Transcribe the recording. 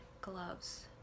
gloves